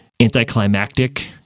anticlimactic